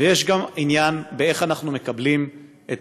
ויש גם עניין באיך אנחנו מקבלים את